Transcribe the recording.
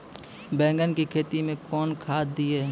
बैंगन की खेती मैं कौन खाद दिए?